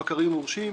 בקרים מורשים.